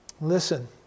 Listen